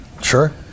Sure